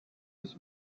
this